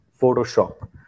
Photoshop